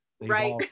Right